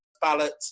ballot